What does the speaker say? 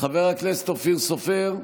חבר הכנסת אופיר סופר,